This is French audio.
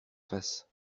face